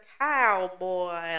cowboy